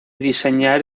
diseñar